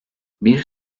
bir